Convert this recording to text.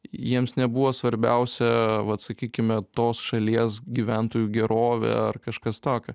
jiems nebuvo svarbiausia vat sakykime tos šalies gyventojų gerovė ar kažkas tokio